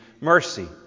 mercy